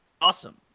Awesome